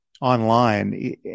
online